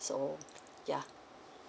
so yeah